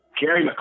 Gary